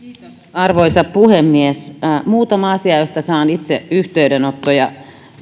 arvoisa puhemies muutama asia joista saan itse yhteydenottoja